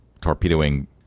torpedoing